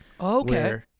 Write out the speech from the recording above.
Okay